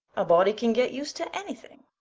a body can get used to anything,